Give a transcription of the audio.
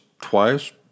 twice